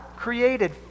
created